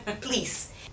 please